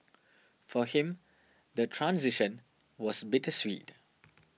for him the transition was bittersweet